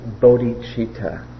bodhicitta